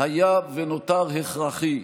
היה ונותר הכרחי,